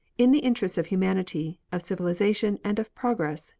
in the interests of humanity, of civilization, and of progress,